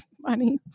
money